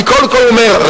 אני קודם כול אומר,